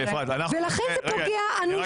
ולכן זה פוגע אנושות באינטרס הציבורי.